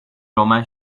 romen